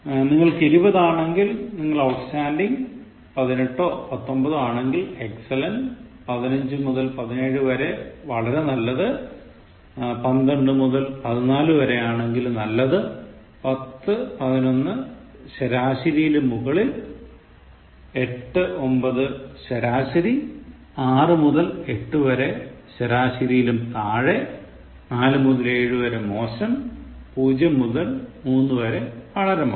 നിങ്ങൾക്ക് 20 ആണെങ്കിൽ നിങ്ങൾ ഔട്ട്സ്റ്റാന്റിംഗ് 18ഓ 19ഓ ആണെങ്കിൽ എക്സലന്റ് 15 മുതൽ 17 വരെ വളരെ നല്ലത് 12 മുതൽ 14 വരെ ആണെങ്കിൽ നല്ലത് 1011 ശരാശരിയിലും മുകളിൽ 8 9 ശരാശരി 6 മുതൽ 8 വരെ ശരാശരിയിലും താഴെ 4 മുതൽ 7 വരെ മോശം 0 മുതൽ 3 വരെ വളരെ മോശം